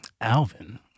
Alvin